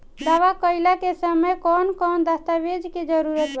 दावा कईला के समय कौन कौन दस्तावेज़ के जरूरत बा?